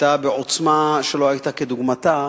היתה בעוצמה שלא היתה כדוגמתה.